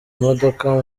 imodoka